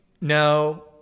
no